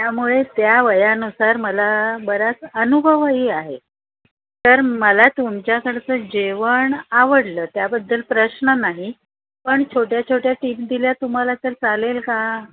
त्यामुळे त्या वयानुसार मला बराच अनुभवही आहे तर मला तुमच्याकडचं जेवण आवडलं त्याबद्दल प्रश्न नाही पण छोट्या छोट्या टीप दिल्या तुम्हाला तर चालेल का